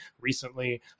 recently